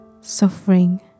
suffering